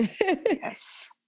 yes